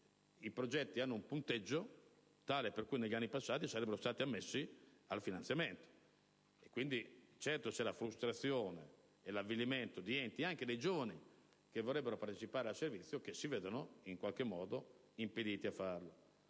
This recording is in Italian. i progetti hanno un punteggio tale per cui negli anni passati sarebbero stati ammessi al finanziamento. Quindi, c'è la frustrazione e l'avvilimento di enti, anche dei giovani, che vorrebbero partecipare al servizio, ma che si vedono impediti a farlo.